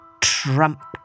Trump